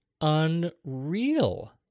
unreal